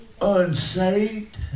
unsaved